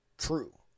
true